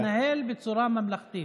להתנהל בצורה ממלכתית.